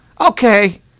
okay